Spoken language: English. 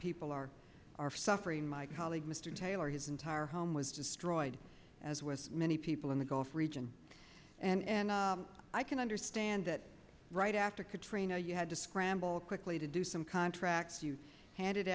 people are are suffering my colleague mr taylor his entire home was destroyed as well as many people in the gulf region and i can understand that right after katrina you had to scramble quickly to do some contracts you ha